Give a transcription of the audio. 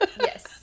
Yes